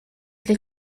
для